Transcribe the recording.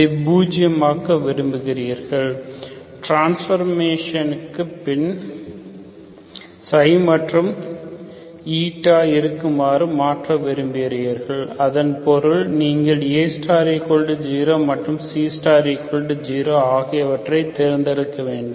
இதை பூஜ்யமாக விரும்புகிறீர்கள் டிரான்ஸ்பர் மிஷனுக்கு பின் ξ மற்றும் η இருக்குமாறு மாற்ற விரும்புகிறீர்கள் அதன் பொருள் நீங்கள் A0 மற்றும் C0 ஆகியவற்றை தேர்ந்தெடுக்க வேண்டும்